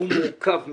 הוא מורכב מאוד.